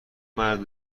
مرد